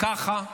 ככה.